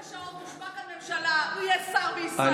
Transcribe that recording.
עוד 48 שעות תושבע כאן ממשלה והוא יהיה שר בישראל.